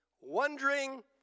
wondering